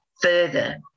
further